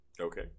Okay